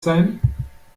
sein